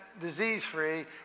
disease-free